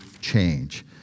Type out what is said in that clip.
change